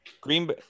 Green